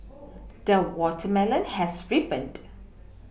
the watermelon has ripened